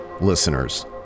listeners